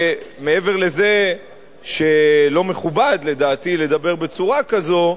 מעבר לזה שלא מכובד, לדעתי, לדבר בצורה כזו,